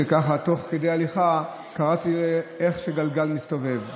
וככה תוך כדי הליכה קראתי איך גלגל מסתובב,